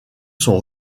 son